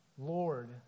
Lord